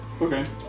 Okay